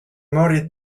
mori